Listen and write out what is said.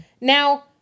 Now